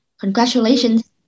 congratulations